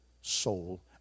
soul